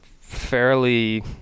fairly